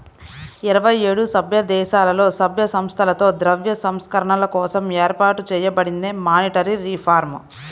ఇరవై ఏడు సభ్యదేశాలలో, సభ్య సంస్థలతో ద్రవ్య సంస్కరణల కోసం ఏర్పాటు చేయబడిందే మానిటరీ రిఫార్మ్